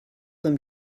them